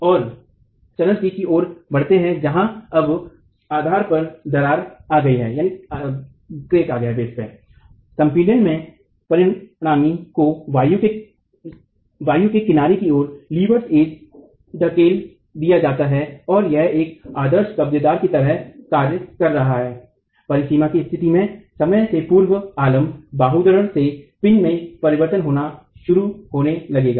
इसलिए चरण C ओर बढ़ते है जहां अब आधार पर दरार आ गई है संपीड़न में परिणामी को वायु के किनारे की ओर धकेल दिया जाता है और यह अब एक आदर्श कब्जेदार की तरह कार्य कर रहा है परिसीमा की स्तिथि में समय से पूर्व अवलम्ब बाहुधरण से पिन में परिवर्तन होना शरू होने लगेगा